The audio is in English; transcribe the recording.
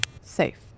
Safe